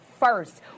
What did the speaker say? First